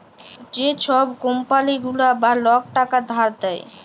যে ছব কম্পালি গুলা বা লক টাকা ধার দেয়